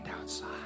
outside